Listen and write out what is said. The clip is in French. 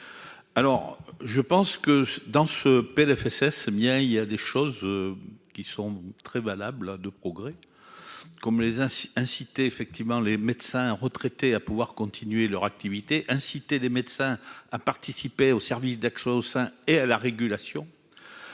alors je pense que dans ce PLFSS il y a des choses qui sont très valables de progrès comme les inciter effectivement les médecins retraités à pouvoir continuer leur activité, inciter les médecins à participer au service d'accès au sein et à la régulation